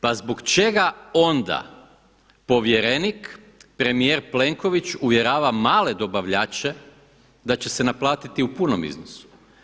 Pa zbog čega onda povjerenik, premijer Plenković uvjerava male dobavljače da će se naplatiti u punom iznosu?